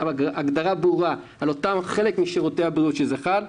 הגדרה ברורה על אותם חלק משירותי הבריאות שזה חל עליהם.